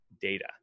data